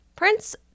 Prince